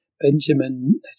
Benjamin